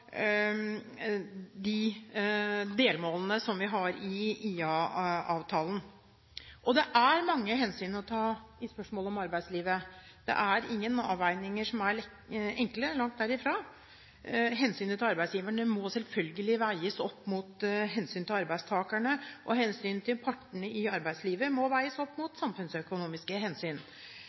de delmålene som vi har i IA-avtalen. Det er mange hensyn å ta i spørsmål om arbeidslivet. Det er ingen avveininger som er enkle – langt derifra. Hensynet til arbeidsgiverne må selvfølgelig veies opp mot hensynet til arbeidstakerne, og hensynet til partene i arbeidslivet må veies opp mot samfunnsøkonomiske hensyn.